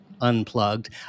unplugged